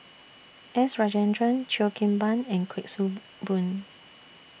S Rajendran Cheo Kim Ban and Kuik Swee Boon